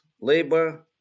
labor